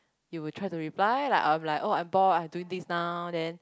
he will try to reply like uh I'm like I'm bored I'm doing this now then